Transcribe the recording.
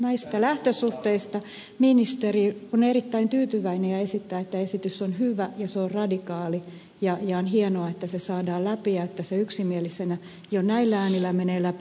näistä lähtökohdista ministeri on erittäin tyytyväinen ja esittää että esitys on hyvä ja se on radikaali ja on hienoa että se saadaan läpi ja että se yksimielisenä jo näillä äänillä menee läpi